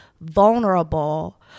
vulnerable